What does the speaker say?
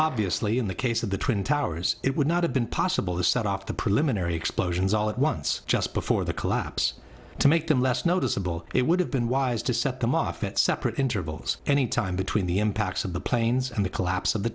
obviously in the case of the twin towers it would not have been possible to set off the preliminary explosions all at once just before the collapse to make them less noticeable it would have been wise to set them off at separate intervals any time between the impacts of the planes and the collapse